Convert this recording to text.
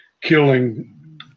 killing